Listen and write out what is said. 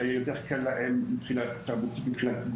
כדי שיהיה יותר קל להם יותר מבחינה תרבותית וחברתית.